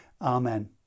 Amen